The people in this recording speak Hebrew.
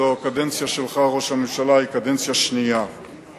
הקדנציה הזאת, ראש הממשלה, היא קדנציה שנייה שלך.